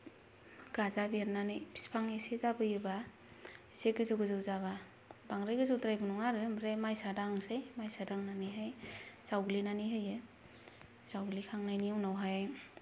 गाजा बेरनानै बिफां एसे जाबोयोबा इसे गोजौ गोजौ जाबा बांद्राय गोजौद्रायबो नङा आरो ओमफ्राय मायसा दांसै मायसा दांनानैहाय जावग्लिनानै होयो जावग्लिखांनायनि उनावहाय